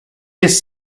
his